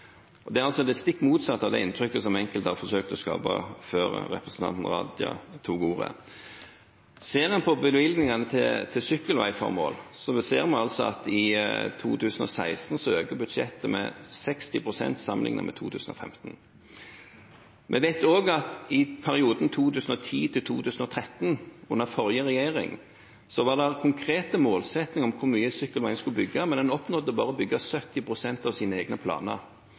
Det er det stikk motsatte av det inntrykket som enkelte har forsøkt å skape, før representanten Raja tok ordet. Ser en på bevilgningene til sykkelveiformål, ser en i budsjettet for 2016 at bevilgningene økte med 60 pst. sammenlignet med budsjettet for 2015. Vi vet også at det i perioden 2010–2013 – under den forrige regjeringen – var konkrete målsettinger om hvor mye sykkelvei en skulle bygge, men en oppnådde å bygge bare 70 pst. av sine egne planer.